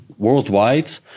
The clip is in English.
worldwide